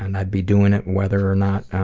and i would be doing it whether or not